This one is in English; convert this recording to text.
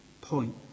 point